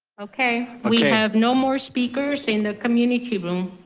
okay, we have no more speakers in the community room.